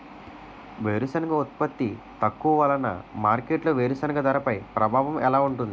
వేరుసెనగ ఉత్పత్తి తక్కువ వలన మార్కెట్లో వేరుసెనగ ధరపై ప్రభావం ఎలా ఉంటుంది?